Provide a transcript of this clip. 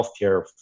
healthcare